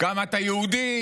כמה אתה יהודי,